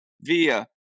via